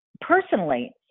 Personally